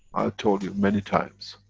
told you many times,